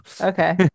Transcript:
Okay